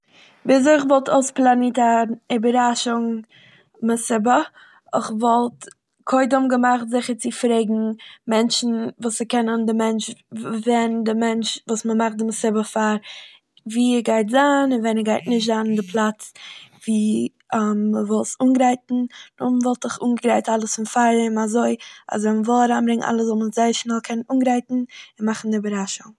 וויזוי כ'וואלט אויספלאנירט אן איבעראשונג מסיבה. איך וואלט קודם געמאכט זיכער צו פרעגן מענטשן וואס ס'קענען די מענטש וו- ווען די מענטש וואס מ'מאכט די מסיבה פאר- וואו ער גייט זיין, און, און ווען ער גייט נישט זיין אין די פלאץ וואו מ'וויל עס אנגרייטן. נאכדעם וואלט איך אנגעגרייט אלעס פון פארדעם אזוי אז ווען מ'וויל אריינברענגן אלעס זאל מען זייער שנעל קענען אנגרייטן און מאכן די איבעראשונג.